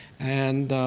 and